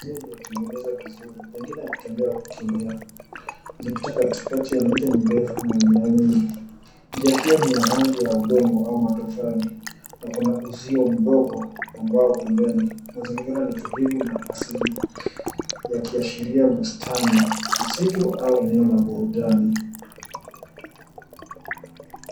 Njia iliyotengenezwa vizuri, pengine ya kutembea au kukimbia, ikipita katikati ya miti mirefu na mimea mingi. Njia hio ni ya rangi ya udongo au matofali na kuna uzui mdogo wa ngao pembeni. Mazingira ni tulivu na asili yakiashiria bustani, msitu au eneo la burudani.